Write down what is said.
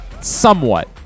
somewhat